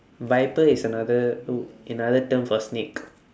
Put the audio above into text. viper is another wo~ another term for snake